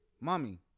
Mommy